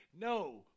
No